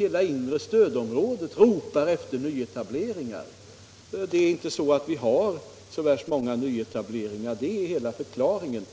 hela inre stödområdet ropar efter nyetableringar. Vi har inte så värst många nyetableringar. Det är hela förklaringen.